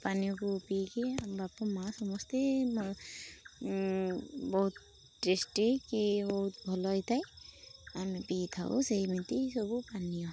ପାନୀୟକୁ ପିଇକି ବାପ ମାଆ ସମସ୍ତେ ବହୁତ ଟେଷ୍ଟି କି ବହୁତ ଭଲ ହେଇଥାଏ ଆମେ ପିଇଥାଉ ସେଇମିତି ସବୁ ପାନୀୟ